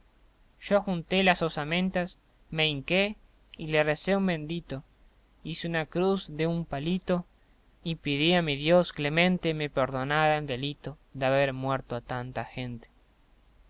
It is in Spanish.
yo junté las osamentas me hinqué y les recé un bendito hice una cruz de un palito y pedí a mi dios clemente me perdonara el delito de haber muerto tanta gente